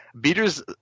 beaters